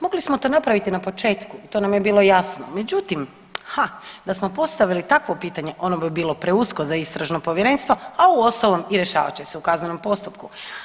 Mogli smo to napraviti na početku, to nam je bilo jasno, međutim ha da smo postavili takvo pitanje ono bi bilo preusko za istražno povjerenstvo, a uostalom i rješavat će se u kaznenom postupku.